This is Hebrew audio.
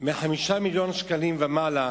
של הצעת החוק היא מ-5 מיליוני שקלים ומעלה,